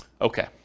Okay